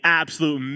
absolute